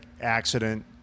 accident